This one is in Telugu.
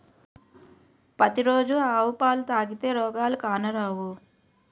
పతి రోజు ఆవు పాలు తాగితే రోగాలు కానరావు